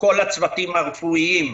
כל הצוותים הרפואיים,